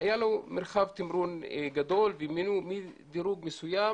היה לו מרחב תמרון גדול ומדירוג מסוים